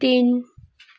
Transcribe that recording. तिन